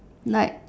like